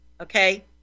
Okay